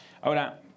Ahora